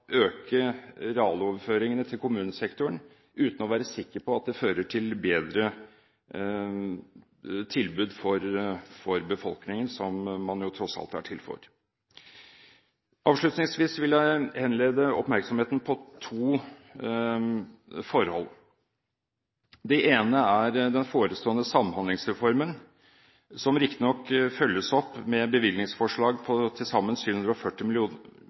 øke realoverføringene til kommunesektoren, uten å være sikker på at det fører til bedre tilbud for befolkningen, som man tross alt er til for. Så vil jeg henlede oppmerksomheten på to forhold. Det ene er den forestående Samhandlingsreformen, som riktignok følges opp med bevilgningsforslag på til sammen 740